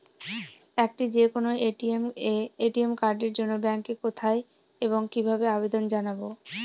একটি যে কোনো এ.টি.এম কার্ডের জন্য ব্যাংকে কোথায় এবং কিভাবে আবেদন জানাব?